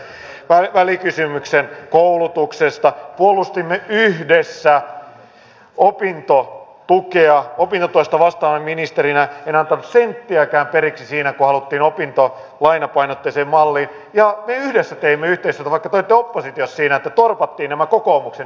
teimme yhdessä välikysymyksen koulutuksesta puolustimme yhdessä opintotukea opintotuesta vastaavana ministerinä en antanut senttiäkään periksi siinä kun haluttiin opintolainapainotteiseen malliin ja me yhdessä teimme yhteistyötä vaikka te olitte oppositiossa siinä että torpattiin nämä kokoomuksen ideat